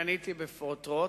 עניתי בפרוטרוט,